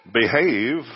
behave